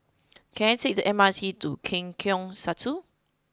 can I take the M R T to Lengkok Satu